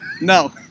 no